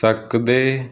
ਸਕਦੇ